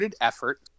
effort